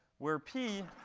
where p